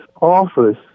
office